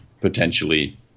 potentially –